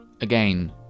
again